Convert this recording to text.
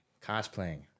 cosplaying